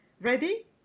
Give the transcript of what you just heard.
Ready